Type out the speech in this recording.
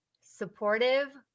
Supportive